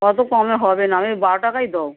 কতো কমে হবে না আমি বারো টাকাই দোব্যয়